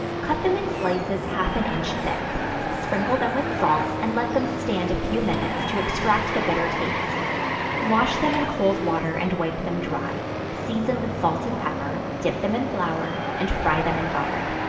cut them in slices half an inch thick sprinkle them with salt, and let them stand a few minutes to extract the bitter taste wash them in cold water, and wipe them dry season with salt and pepper dip them in flour, and fry them in butter.